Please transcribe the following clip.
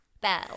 Bell